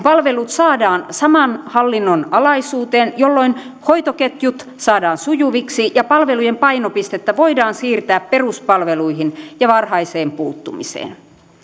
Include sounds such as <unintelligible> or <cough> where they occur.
<unintelligible> palvelut saadaan saman hallinnon alaisuuteen jolloin hoitoketjut saadaan sujuviksi ja palvelujen painopistettä voidaan siirtää peruspalveluihin ja varhaiseen puuttumiseen